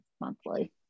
monthly